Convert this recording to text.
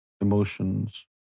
emotions